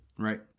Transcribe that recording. Right